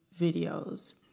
videos